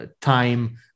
time